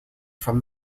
from